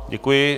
Děkuji.